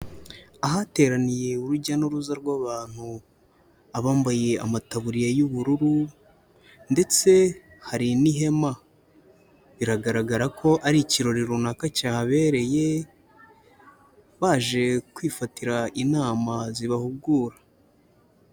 Ahateraniye urujya n'uruza rw'abantu, abambaye amataburiya y'ubururu ndetse hari n'ihema, biragaragara ko ari ikirori runaka cyahabereye baje kwifatira inama zibahugura.